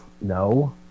no